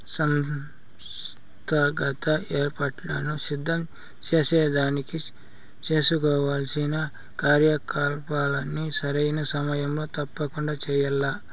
సంస్థాగత ఏర్పాట్లను సిద్ధం సేసేదానికి సేసుకోవాల్సిన కార్యకలాపాల్ని సరైన సమయంలో తప్పకండా చెయ్యాల్ల